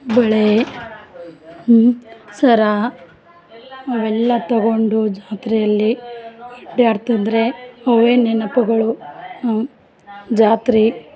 ಬಳೆ ಸರ ಅವೆಲ್ಲ ತಗೊಂಡು ಜಾತ್ರೆಯಲ್ಲಿ ಅಡ್ಡಾಡ್ತಿದ್ರೆ ಅವೇ ನೆನಪುಗಳು ಜಾತ್ರೆ